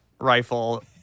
rifle